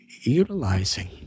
utilizing